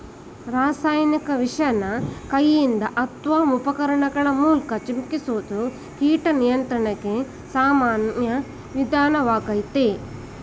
ರಾಸಾಯನಿಕ ವಿಷನ ಕೈಯಿಂದ ಅತ್ವ ಉಪಕರಣಗಳ ಮೂಲ್ಕ ಚಿಮುಕಿಸೋದು ಕೀಟ ನಿಯಂತ್ರಣಕ್ಕೆ ಸಾಮಾನ್ಯ ವಿಧಾನ್ವಾಗಯ್ತೆ